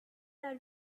are